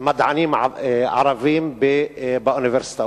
מדענים ערבים באוניברסיטאות.